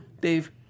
Dave